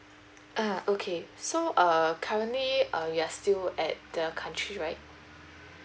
ah okay so uh currently uh you are still at the country right